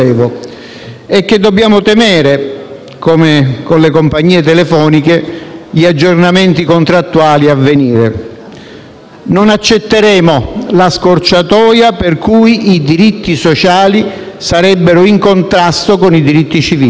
e che dobbiamo temere, come con le compagnie telefoniche, gli aggiornamenti contrattuali a venire. Non accetteremo la scorciatoia per cui i diritti sociali sarebbero in contrasto con i diritti civili.